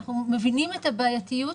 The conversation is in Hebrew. אנחנו מבינים את הבעייתיות.